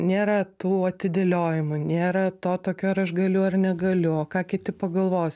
nėra tų atidėliojimų nėra to tokio ar aš galiu ar negaliu o ką kiti pagalvos